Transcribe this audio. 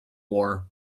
war